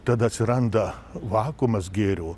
tada atsiranda vakuumas gėrio